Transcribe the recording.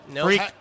Freak